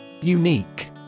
Unique